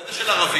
אולי זה של ערבים?